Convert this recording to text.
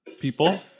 people